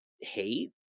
hate